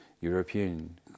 European